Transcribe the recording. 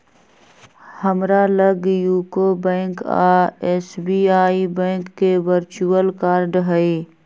हमरा लग UCO bank आऽ एस.बी.आई बैंक के वर्चुअल कार्ड हइ